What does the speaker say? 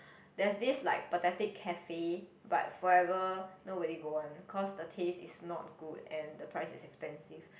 there's this like pathetic cafe but forever nobody go one cause the taste is not good and the price is expensive